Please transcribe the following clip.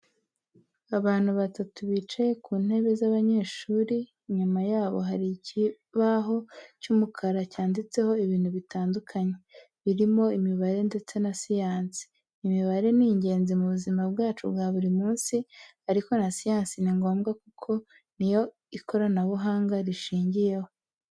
Abantu batatu bicaye ku ntebe z'abanyeshuri, inyuma yabo hari ikibaho cy'umukara cyanditseho ibintu bitandukanye, birimo imibare ndetse na siyansi. Imibare ni ingenzi mu buzima bwacu bwa buri munsi ariko na siyansi ni ngombwa kuko ni yo ikoranabuhanga rishingiyeho.